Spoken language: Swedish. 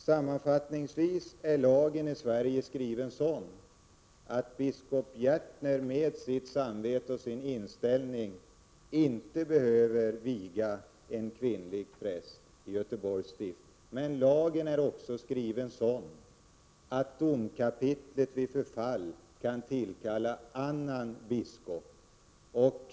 Sammanfattningsvis vill jag säga att lagen i Sverige är skriven sådan att biskop Gärtner med sitt samvete och sin inställning inte behöver viga en kvinnlig präst i Göteborgs stift. Men lagen är också skriven sådan att domkapitlet vid förfall kan tillkalla annan biskop.